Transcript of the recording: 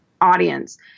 audience